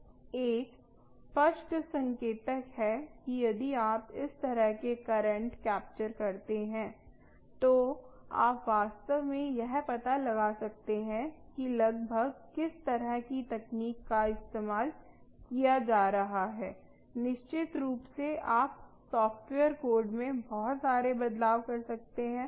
एक स्पष्ट संकेतक है कि यदि आप इस तरह के करंट कैप्चर करते हैं तो आप वास्तव में यह पता लगा सकते हैं कि लगभग किस तरह की तकनीक का इस्तेमाल किया जा रहा है निश्चित रूप से आप सॉफ्टवेयर कोड में बहुत सारे बदलाव कर सकते हैं